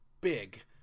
big